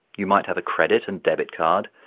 you might have a credit and debit card,